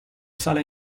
sale